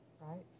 Right